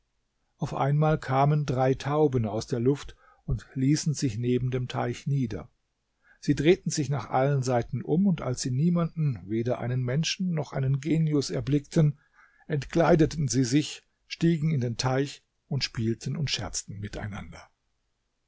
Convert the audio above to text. auf einmal kamen drei tauben aus der luft und ließen sich neben dem teich nieder sie drehten sich nach allen seiten um und als sie niemanden weder einen menschen noch einen genius erblickten entkleideten sie sich stiegen in den teich und spielten und scherzten miteinander